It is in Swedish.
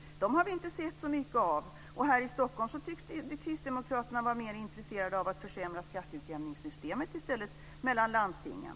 Dem har vi inte sett så mycket av. Här i Stockholm tycks Kristdemokraterna vara mer intresserade av att i stället försämra skatteutjämningssystemet mellan landstingen.